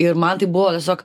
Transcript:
ir man tai buvo tiesiog